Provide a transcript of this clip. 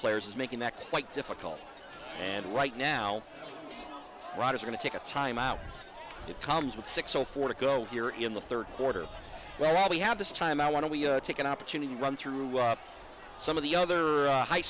players is making that quite difficult and right now rod is going to take a timeout it comes with six o four to go here in the third quarter well we have this time i want to take an opportunity run through up some of the other high